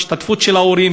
וההשתתפות של ההורים,